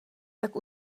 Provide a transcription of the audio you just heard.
tak